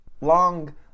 long